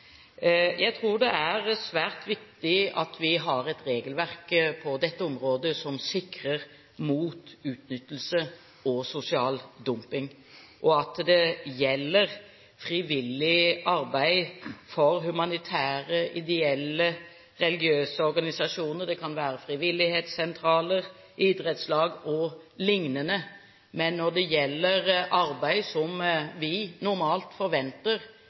Jeg tror det er svært viktig at vi har et regelverk på dette området som sikrer mot utnyttelse og sosial dumping, og at ordningen gjelder frivillig arbeid for humanitære, ideelle og religiøse organisasjoner. Det kan være frivillighetssentraler, idrettslag o.l. Men når det gjelder arbeid som vi normalt forventer